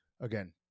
Again